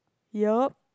yup